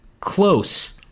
close